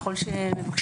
ככל --- היום,